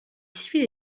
suit